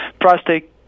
prostate